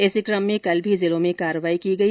इसी कम में कल भी जिलों में कार्रवाई की गई